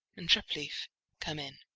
and treplieff come in.